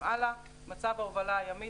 מצב ההובלה הימית